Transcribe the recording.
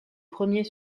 premiers